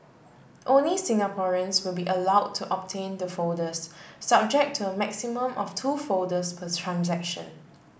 only Singaporeans will be allowed to obtain the folders subject to a maximum of two folders per transaction